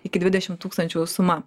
iki dvidešimt tūkstančių suma